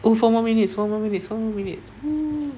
oh four more minutes four more minutes four more minutes !woo!